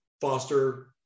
foster